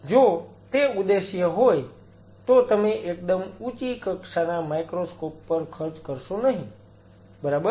જો તે ઉદ્દેશ્ય હોય તો તમે એકદમ ઊંચી કક્ષાના માઈક્રોસ્કોપ પર ખર્ચ કરશો નહિ બરાબર